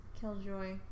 Killjoy